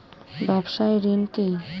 ব্যবসায় ঋণ কি?